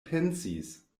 pensis